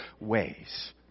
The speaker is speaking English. ways